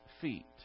feet